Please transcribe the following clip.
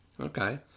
Okay